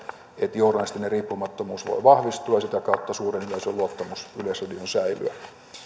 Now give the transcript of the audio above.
että journalistinen riippumattomuus voi vahvistua ja sitä kautta suuren yleisön luottamus yleisradioon säilyä